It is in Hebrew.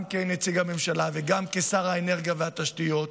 גם כנציג הממשלה וגם כשר האנרגיה והתשתיות,